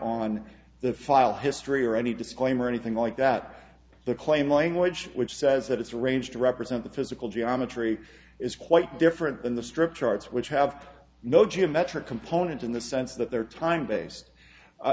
on the file history or any disclaimer anything like that the claim language which says that its range to represent the physical geometry is quite different than the strip charts which have no geometric component in the sense that there are time base